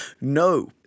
No